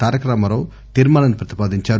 తారక రామారావు తీర్మానాన్ని ప్రతిపాదించారు